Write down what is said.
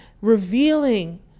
revealing